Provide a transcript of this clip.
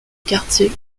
quartier